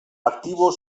aktiboa